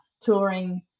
touring